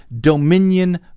Dominion